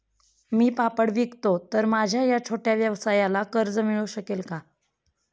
मी पापड विकतो तर माझ्या या छोट्या व्यवसायाला कर्ज मिळू शकेल का?